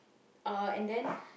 uh and then